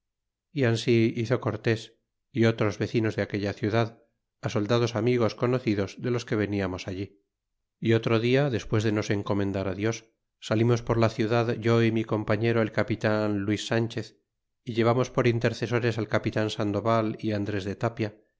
y ansí hizo cortés a otros vecinos de aquella ciudad soldados amigos conocidos de los que veniamos allí y otro dia despues de nos encomendar dios salimos por la ciudad yo y mi compañero el capitan luis san chez y llevamos por intercesores al capitn sandoval y andres dotapial